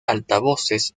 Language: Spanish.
altavoces